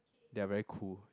they are very cool